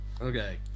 Okay